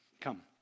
come